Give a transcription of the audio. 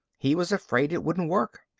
he was afraid it wouldn't work.